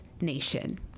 Nation